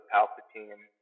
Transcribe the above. Palpatine